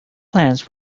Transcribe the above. plans